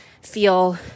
feel